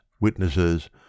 witnesses